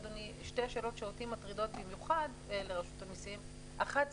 אדוני שתי השאלות שאותי מטרידות במיוחד אל רשות המסים: אחת,